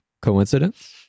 Coincidence